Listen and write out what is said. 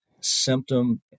symptom